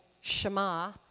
Shema